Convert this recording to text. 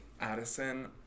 Addison